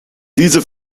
diese